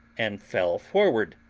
and fell forward,